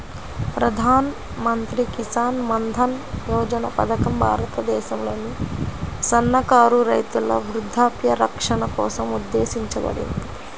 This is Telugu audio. ప్రధాన్ మంత్రి కిసాన్ మన్ధన్ యోజన పథకం భారతదేశంలోని సన్నకారు రైతుల వృద్ధాప్య రక్షణ కోసం ఉద్దేశించబడింది